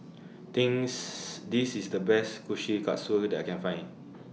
Things This IS The Best Kushikatsu that I Can Find